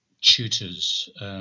tutors